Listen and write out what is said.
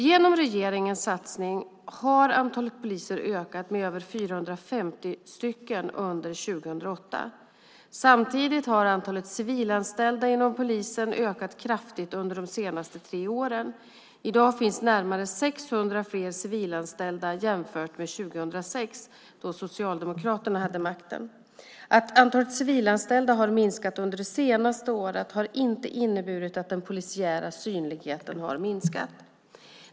Genom regeringens satsning har antalet poliser ökat med över 450 under 2008. Samtidigt har antalet civilanställda inom polisen ökat kraftigt under de senaste tre åren. I dag finns det närmare 600 fler civilanställda jämfört med 2006 då Socialdemokraterna hade makten. Att antalet civilanställda har minskat under det senaste året har inte inneburit att den polisiära synligheten har minskat.